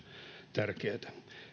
tärkeää